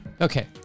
Okay